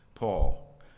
Paul